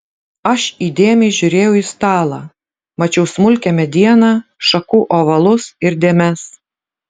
aš įdėmiai žiūrėjau į stalą mačiau smulkią medieną šakų ovalus ir dėmes